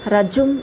रज्जुम्